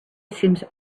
seems